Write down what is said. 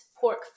pork